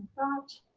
that.